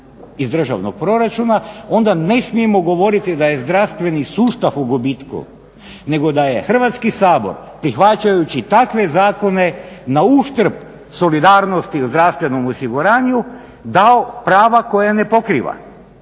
iz državnog proračuna onda ne smijemo govoriti da je zdravstveni sustav u gubitku, nego da je Hrvatski sabor prihvaćajući takve zakone na uštrb solidarnosti u zdravstvenom osiguranju dao prava koja ne pokriva